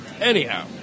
Anyhow